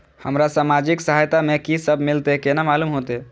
हमरा सामाजिक सहायता में की सब मिलते केना मालूम होते?